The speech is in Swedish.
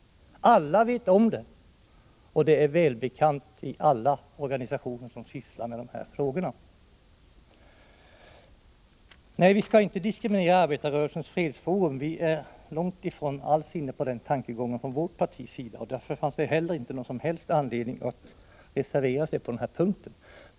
Alla vet om det — det är välbekant i samtliga organisationer som sysslar med de här frågorna. Nej, vi skall inte diskriminera Arbetarrörelsens fredsforum. Vi inom vårt parti är inte alls inne på den tankegången, och därför fann vi heller inte anledning att avge reservation på den här punkten.